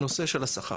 הנושא של השכר.